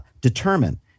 determine